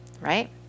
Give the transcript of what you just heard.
right